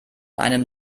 einem